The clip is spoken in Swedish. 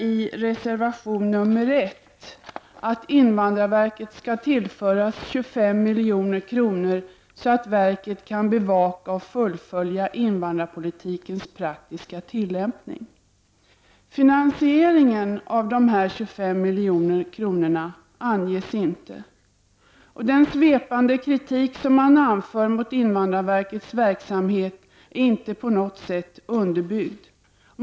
I reservation 1 från vpk begärs att invandrarverket skall tillföras 25 milj.kr. så att verket kan bevaka och fullfölja invandrarpolitikens praktiska tillämpning. Varifrån dessa 25 milj.kr. skall tas anges inte. Vpk:s svepande kritik mot invandrarverkets verksamhet är inte på något sätt underbyggd.